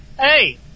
Hey